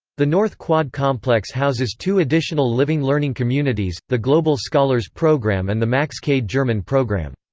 the north quad complex houses two additional living-learning communities the global scholars program and the max kade german program.